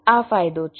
આ ફાયદો છે